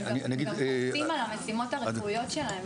אני אגיד --- הם גם רופאים על המשימות הרפואיות שלהם,